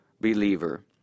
believer